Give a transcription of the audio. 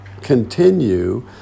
continue